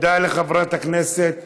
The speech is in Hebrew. תודה לחברת הכנסת